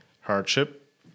hardship